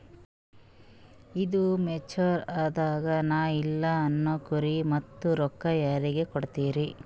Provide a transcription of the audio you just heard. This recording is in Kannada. ಈದು ಮೆಚುರ್ ಅದಾಗ ನಾ ಇಲ್ಲ ಅನಕೊರಿ ಮತ್ತ ರೊಕ್ಕ ಯಾರಿಗ ಕೊಡತಿರಿ?